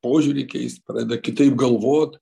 požiūrį keist pradeda kitaip galvot